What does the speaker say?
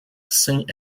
saint